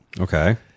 Okay